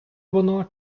воно